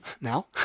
now